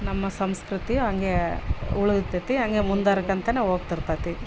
ನಮ್ಮ ಸಂಸ್ಕೃತಿ ಹಂಗೇ ಉಳಿತೈತೆ ಹಂಗೆ ಮುಂದಾರ್ಕಂತನ ಹೋಗ್ತಿರ್ತತಿ